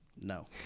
no